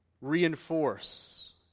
reinforce